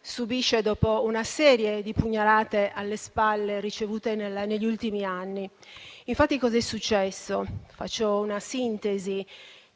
subisce dopo una serie di pugnalate alle spalle ricevute nella negli ultimi anni. Faccio una sintesi di cosa è successo: